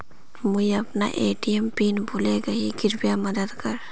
मुई अपना ATM PIN भूले गही कृप्या मदद कर